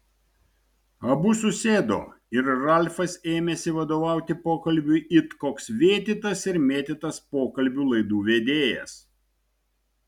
abu susėdo ir ralfas ėmėsi vadovauti pokalbiui it koks vėtytas ir mėtytas pokalbių laidų vedėjas